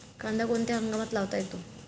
कांदा कोणत्या हंगामात लावता येतो?